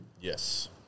Yes